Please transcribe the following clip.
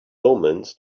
omens